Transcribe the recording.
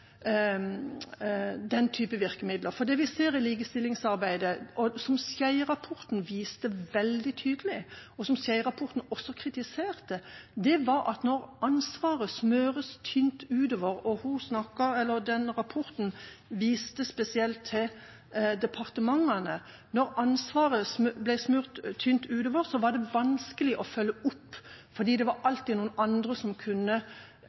den type virkemidler, for det vi ser i likestillingsarbeidet, og som Skjeie-rapporten – som viste spesielt til departementene – viste veldig tydelig og også kritiserte, var at når ansvaret ble smurt tynt utover, så var det vanskelig å følge opp, fordi det alltid var noen andre som kunne